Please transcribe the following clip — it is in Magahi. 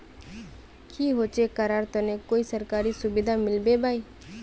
की होचे करार तने कोई सरकारी सुविधा मिलबे बाई?